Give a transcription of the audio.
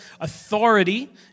authority